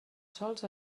sols